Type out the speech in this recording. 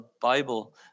Bible